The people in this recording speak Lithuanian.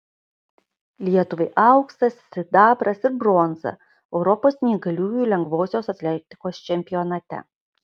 lietuvai auksas sidabras ir bronza europos neįgaliųjų lengvosios atletikos čempionate